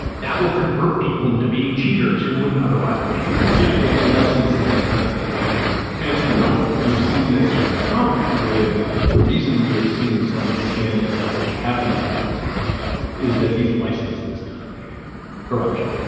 that will convert people into being cheaters who wouldn't otherwise be cheaters. yeah. it licenses a kind of behavior, and you know you've seen this from trump with the reason reason we are seeing so many scandals at cabinet officers is that he's licensed this kind of behavior, corruption.